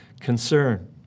concern